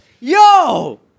Yo